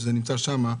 שזה נמצא שם,